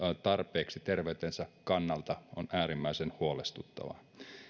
tarpeeksi terveytensä kannalta on äärimmäisen huolestuttava